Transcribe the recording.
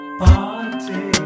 party